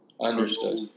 Understood